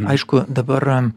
aišku dabar